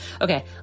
Okay